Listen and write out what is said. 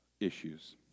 issues